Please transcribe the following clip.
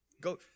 Go